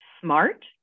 smart